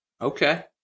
Okay